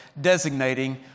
designating